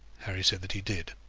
harry said that he did.